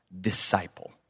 disciple